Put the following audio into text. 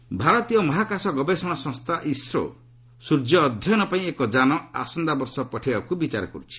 ISRO sun study ଭାରତୀୟ ମହାକାଶ ଗବେଷଣା ସଂସ୍ଥା ଇସ୍ରୋ ସୂର୍ଯ୍ୟ ଅଧ୍ୟୟନ ପାଇଁ ଏକ ଯାନ ଆସନ୍ତାବର୍ଷ ପଠାଇବାକୁ ବିଚାର କରୁଛି